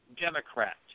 Democrat